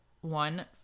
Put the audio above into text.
one